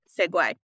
segue